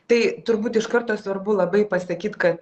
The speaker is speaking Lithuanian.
tai turbūt iš karto svarbu labai pasakyt kad